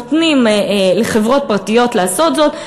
נותנים לחברות פרטיות לעשות זאת,